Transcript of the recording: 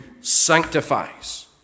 sanctifies